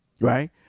Right